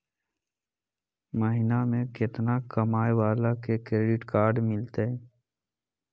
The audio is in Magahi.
महीना में केतना कमाय वाला के क्रेडिट कार्ड मिलतै?